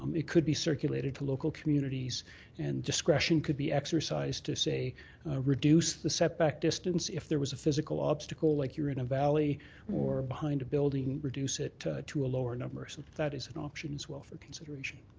um it could be circulated to local communities and discretion could be exercised to say reduce the setback distance if there was a physical obstacle like you're in a valley or behind a building, reducing it to to a lower number. so that is an option as well for consideration.